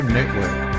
Network